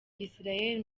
israel